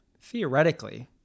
theoretically